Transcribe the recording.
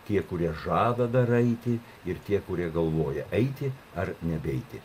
tie kurie žada dar eiti ir tie kurie galvoja eiti ar nebeiti